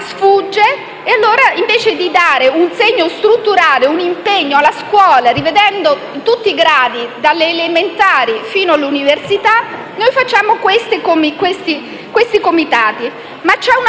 sfugge? E allora, invece di dare un segno strutturale, un impegno verso la scuola, rivedendo tutti i gradi, dalle elementari fino all'università, noi formiamo i comitati. Una